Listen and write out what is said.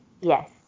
Yes